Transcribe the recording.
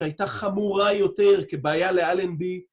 הייתה חמורה יותר כבעיה לאלנבי.